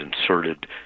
inserted